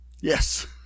Yes